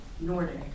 Nordic